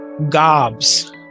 gobs